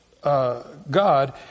God